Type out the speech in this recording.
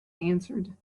answered